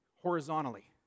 horizontally